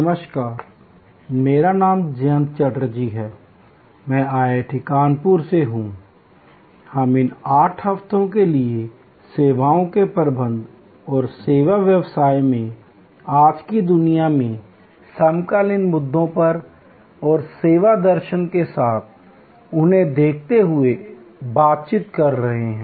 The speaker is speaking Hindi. नमस्कार मेरा नाम जयंत चटर्जी है मैं IIT कानपुर से हूंI हम इन 8 हफ्तों के लिए सेवाओं के प्रबंधन और सेवा व्यवसाय में आज की दुनिया में समकालीन मुद्दों पर और सेवा दर्शन के साथ उन्हें देखते हुए बातचीत कर रहे हैं